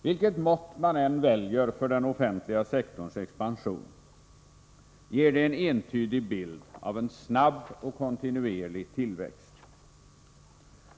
Vilket mått man än väljer för den offentliga sektorns expansion ger det en entydig bild av en snabb och kontinuerlig tillväxt.